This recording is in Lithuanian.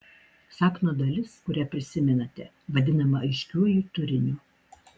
sapno dalis kurią prisimenate vadinama aiškiuoju turiniu